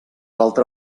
altra